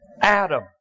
Adam